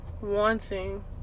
wanting